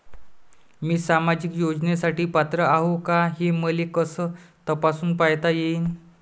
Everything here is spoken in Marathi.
मी सामाजिक योजनेसाठी पात्र आहो का, हे मले कस तपासून पायता येईन?